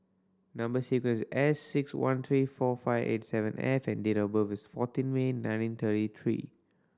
number sequence S six one three four five eight seven F and date of birth is fourteen May nineteen thirty three